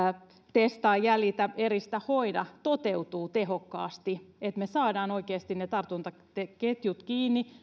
testaa jäljitä eristä hoida toteutuu tehokkaasti että me saamme oikeasti ne tartuntaketjut kiinni